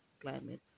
climate